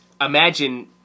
imagine